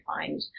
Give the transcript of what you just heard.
find